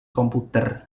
komputer